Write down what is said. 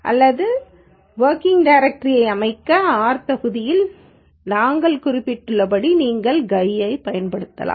அல்லது வொர்கிங் டைரக்டரியை அமைக்க R தொகுதியில் நாங்கள் குறிப்பிட்டுள்ளபடி நீங்கள் GUI ஐப் பயன்படுத்தலாம்